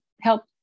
help